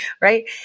right